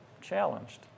challenged